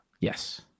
Yes